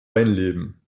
einleben